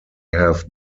have